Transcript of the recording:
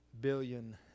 billion